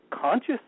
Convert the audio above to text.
conscious